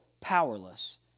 powerless